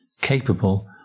capable